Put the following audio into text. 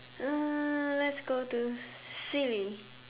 uh let's go to silly